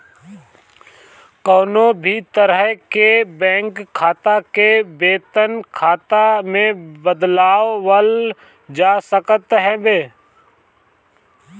कवनो भी तरह के बैंक खाता के वेतन खाता में बदलवावल जा सकत हवे